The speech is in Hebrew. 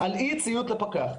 על אי-ציות לפקח.